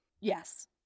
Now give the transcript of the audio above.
yes